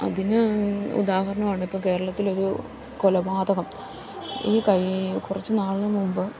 അതിന് ഉദാഹരണമാണ് ഇപ്പോള് കേരളത്തിലൊരു കൊലപാതകം കുറച്ചുനാളിനുമുന്പ്